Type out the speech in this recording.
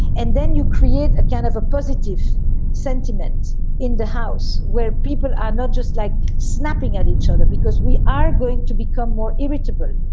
and then you create a kind of a positive sentiment in the house where people are not just like snapping at each other because we are going to become more irritable.